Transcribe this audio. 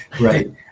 right